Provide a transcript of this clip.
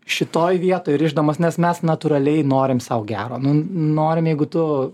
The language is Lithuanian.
šitoj vietoj rišdamas nes mes natūraliai norim sau gero nu norim jeigu tu